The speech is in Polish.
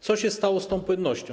Co się stało z tą płynnością?